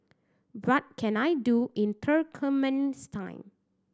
what can I do in Turkmenistan